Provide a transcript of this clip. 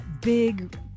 big